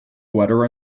wetter